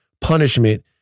punishment